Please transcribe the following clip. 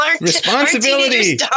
Responsibility